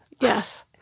Yes